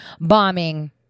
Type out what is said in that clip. bombing